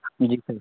जी sir